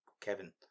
Kevin